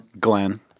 Glenn